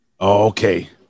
Okay